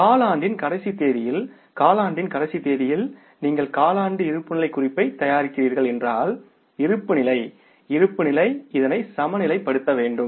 ஆனால் காலாண்டின் கடைசி தேதியில் காலாண்டின் கடைசி தேதியில் நீங்கள் காலாண்டு இருப்புநிலை குறிப்பை தயாரிக்கிறீர்கள் என்றால் இருப்புநிலை இருப்புநிலை இதனை சமநிலைப்படுத்த வேண்டும்